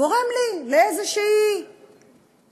גורם לי לאיזו כוכבית,